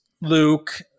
Luke